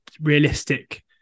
realistic